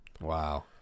Wow